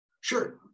Sure